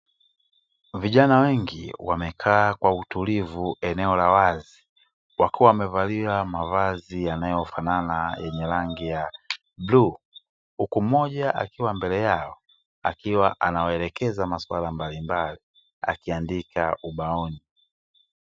Vijana wengi wamekaa kwa utulivu eneo la wazi wakiwa wamevalia mavazi yanayofanana yenye rangi ya bluu. Huku mmoja akiwa mbele yao akiwa anawaelekeza masuala mbalimbali akiandika ubaoni.